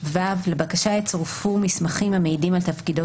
לבקשה יצורפו מסמכים המעידים על תפקידו